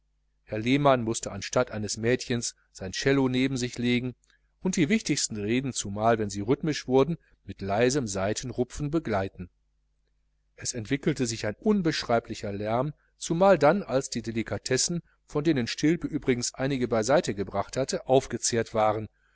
herr lehmann mußte anstatt eines mädchens sein cello neben sich legen und die wichtigsten reden zumal wenn sie rhythmisch wurden mit leisem saitenrupfen begleiten es entwickelte sich ein unbeschreiblicher lärm zumal dann als die delikatessen von denen stilpe übrigens einige beiseite gebracht hatte aufgezehrt waren